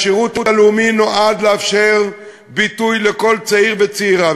השירות הלאומי נועד לאפשר ביטוי לכל צעיר וצעירה.